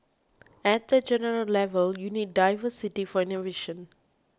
at the general level you need diversity for innovation